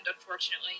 unfortunately